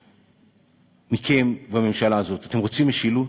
מבקש מכם, בממשלה הזאת, אתם רוצים משילות?